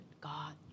God